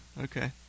okay